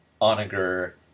Onager